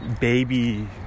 baby